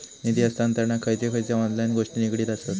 निधी हस्तांतरणाक खयचे खयचे ऑनलाइन गोष्टी निगडीत आसत?